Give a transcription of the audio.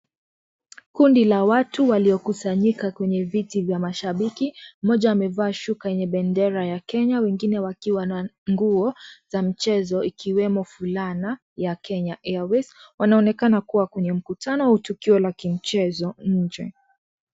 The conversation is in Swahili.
Kundi la watu waliokusanyika kwenye viti vya mashabiki, mmoja amevaa shuka yenye bendera ya Kenya wengine wakiwa na nguo za michezo ikiwemo fulana ya Kenya Airways wanaonekana kuwa kwenye mkutano au tukio la kimichezo nje.